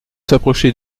s’approcher